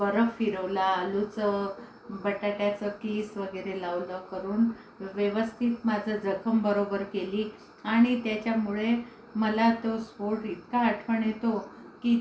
बर्फ फिरवला आलूचं बटाट्याचं कीस वगैरे लावलं करून व्यवस्थित माझी जखम बरोबर केली आणि त्याच्यामुळे मला तो स्फोट इतका आठवण येतो की